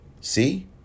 See